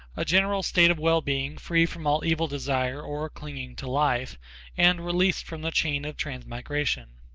a general state of well-being free from all evil desire or clinging to life and released from the chain of transmigration.